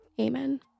Amen